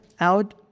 out